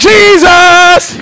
Jesus